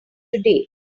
today